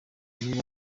niba